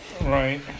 Right